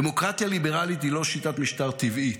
דמוקרטיה ליברלית היא לא שיטת משטר טבעית,